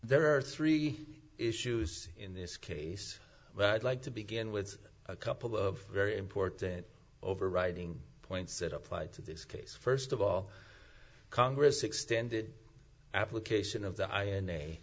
there are three issues in this case but i'd like to begin with a couple of very important overriding points that applied to this case first of all congress extended application of the